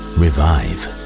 revive